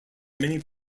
many